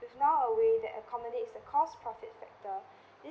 with now a way that accommodates the cost profit factor